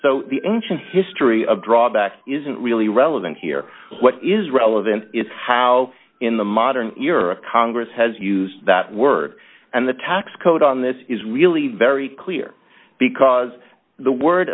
so the ancient history of drawbacks isn't really relevant here what is relevant is how in the modern era congress has used that word and the tax code on this is really very clear because the word